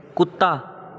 ਕੁੱਤਾ